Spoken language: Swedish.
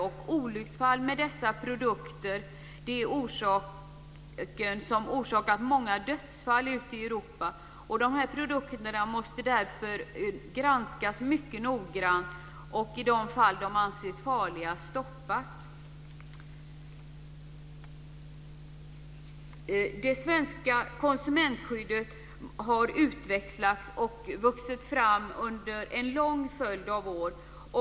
Olycksfall där dessa produkter är orsaken har lett till många dödsfall ute i Europa. Dessa produkter måste därför granskas mycket noggrant och, i de fall de anses farliga, stoppas. Det svenska konsumentskyddet har utvecklats och vuxit fram under en lång följd av år.